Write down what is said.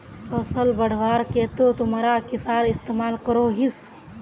फसल बढ़वार केते तुमरा किसेर इस्तेमाल करोहिस?